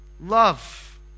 love